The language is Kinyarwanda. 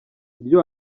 ibyo